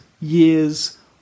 years